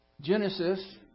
Genesis